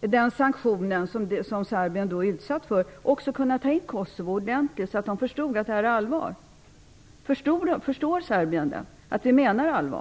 de sanktioner som Serbien är utsatt för, så att de ansvariga förstår att detta är allvar? Förstår man i Serbien att vi menar allvar?